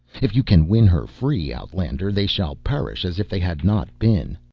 if you can win her free, outlander, they shall perish as if they had not been.